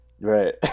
Right